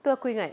itu aku ingat